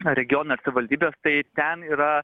regiono savivaldybės tai ten yra